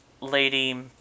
lady